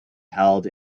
held